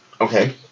Okay